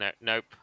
nope